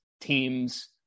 teams